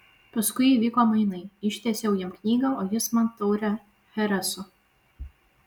paskui įvyko mainai ištiesiau jam knygą o jis man taurę chereso